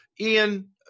Ian